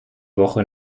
woche